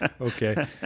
Okay